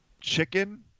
Chicken